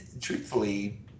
truthfully